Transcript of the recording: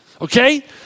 okay